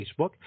Facebook